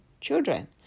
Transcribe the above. children